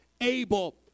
able